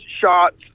shots